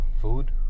food